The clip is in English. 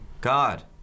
God